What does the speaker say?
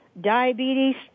diabetes